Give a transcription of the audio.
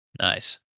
Nice